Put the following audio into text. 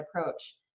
approach